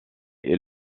est